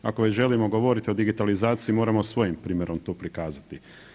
Ako već želimo govoriti o digitalizaciji moramo svojim primjerom to prikazati.